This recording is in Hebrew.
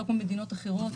שלא כמו במדינות אחרות.